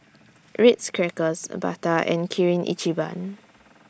Ritz Crackers Bata and Kirin Ichiban